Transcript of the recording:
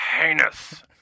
heinous